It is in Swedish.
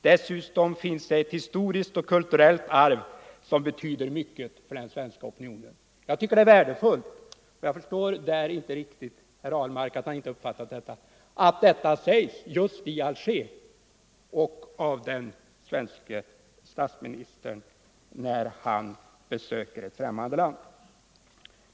Dessutom inns det ett historiskt och kulturellt arv, som betyder mycket för den svenska opinionen.” Så skriver Sven Svensson i sitt referat. Jag förstår inte riktigt att herr Ahlmark inte uppfattat betydelsen av att detta sades just i Alger, av den svenska statsministern på besök i främmande land.